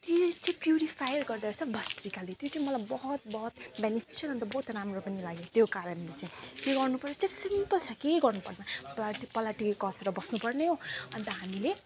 त्यसले चाहिँ प्युरिफाई गर्दा रहेछ भस्त्रिकाले त्यो चाहिँ मलाई बहुत बहुत बेनिफिसियल अन्त बहुत राम्रो पनि लाग्यो त्यो कारणले चाहिँ के गर्नुपर्छ सिम्पल छ केही गर्नुपर्दैन पलेँटी पलेँटी कसेर बस्नुपर्ने हो अन्त हामीले